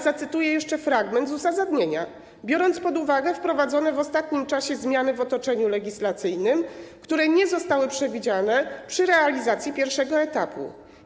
Zacytuję jeszcze fragment z uzasadnienia: „biorąc pod uwagę wprowadzone w ostatnim czasie zmiany w otoczeniu legislacyjnym, które nie zostały przewidziane przy realizacji pierwszego etapu”